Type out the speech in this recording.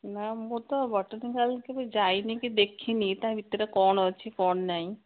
ନା ମୁଁ ତ ବଟନିକାଲ୍ କେବେ ଯାଇନି କି ଦେଖିନି ତା ଭିତରେ କ'ଣ ଅଛି କଣ ନାହିଁ